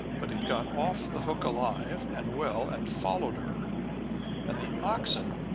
but it got off the hook alive and well and followed her and the oxen,